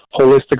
holistic